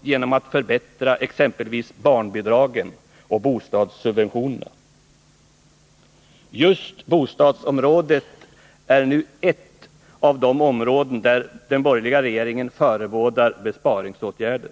genom att förbättra exempelvis barnbidragen och bostadssubventionerna. Just bostadsområdet är nu ett av de områden där den borgerliga regeringen förebådar besparingsåtgärder.